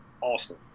awesome